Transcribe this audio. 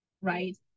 right